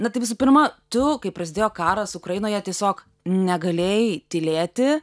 na tai visų pirma tu kai prasidėjo karas ukrainoje tiesiog negalėjai tylėti